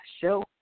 show